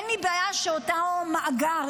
אין לי בעיה שאותו מאגר,